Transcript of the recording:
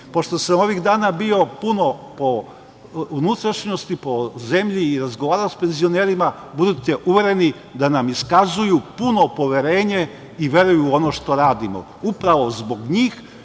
sam ovih dana bio puno po unutrašnjosti, po zemlji, i razgovarao sa penzionerima budite uvereni da nam iskazuju puno poverenje i veruju u ono što radimo. Upravo zbog njih,